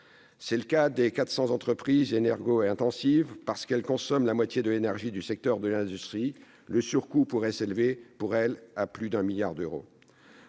C'est le cas des 400 entreprises énergo-intensives. Parce qu'elles consomment la moitié de l'énergie du secteur de l'industrie, le surcoût pourrait s'élever pour elles à plus de 1 milliard d'euros